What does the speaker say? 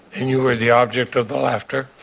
and you were the object of the laughter?